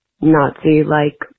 Nazi-like